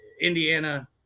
Indiana